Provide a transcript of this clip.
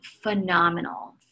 phenomenal